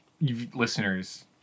listeners